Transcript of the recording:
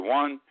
one